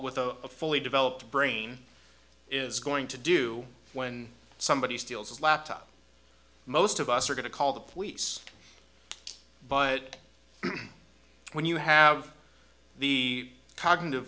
with a fully developed brain is going to do when somebody steals his laptop most of us are going to call the police but when you have the cognitive